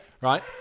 Right